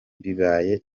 bibaye